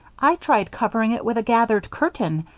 i tried covering it with a gathered curtain,